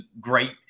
great